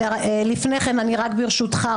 ברשותך,